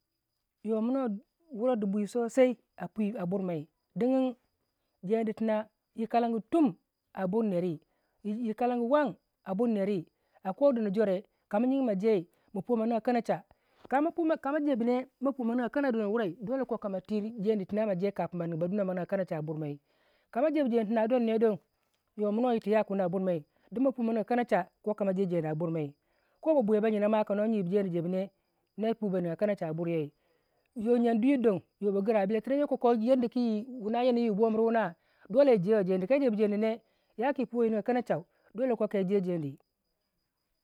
yoko don kajebu jeni yoyai damu dingin dal jeni de yini tum- tum abur neri yi kalangu wan abur neri ako dono jore kama jyigi ma jyei ma nigya kanacha kama pui kama jebu ne ma pyui ma nigya kanadono wurai dolle koka ma ti jeni tina ma je ma kapin nan ba dumina ma nigy kanacha abur mai ka mo jebu jeni tuna don ne don yominuwei yir twu yakuni a bur mai din ma pui ma nigya kanacha kokamo je jeni a burmai ko babwiya baina ma kama jibu jeni na pyi ba nigya kanacha a buryei yo jyan dwiyir don bagira balenteng yar da ku yi wuna yana yi wuna yanayi wi bomir wuna kama jebu jeni ne yaki yi buwai yi nigya kanachau dole kokai je jeni